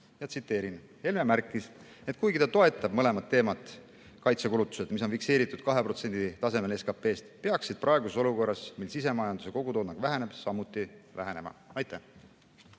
Tsiteerin: "Helme märkis, et kuigi ta on toetab mõletamat teemat, siis kaitsekulutused, mis on fikseeritud 2% tasemel SKPst, peaksid praeguses olukorras, mil sisemajanduse kogutoodang väheneb samuti vähenema." Aitäh